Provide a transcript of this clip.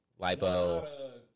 lipo